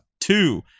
Two